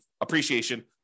appreciation